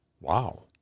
Wow